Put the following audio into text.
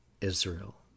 Israel